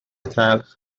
تلخ